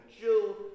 Jew